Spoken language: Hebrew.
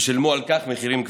ושילמו על כך מחירים כבדים.